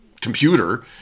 computer